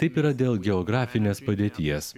taip yra dėl geografinės padėties